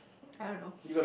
I don't know